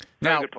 Now